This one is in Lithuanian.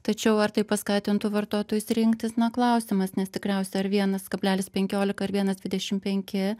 tačiau ar tai paskatintų vartotojus rinktis na klausimas nes tikriausiai ar vienas kablelis penkiolika ar vienas dvidešimt penki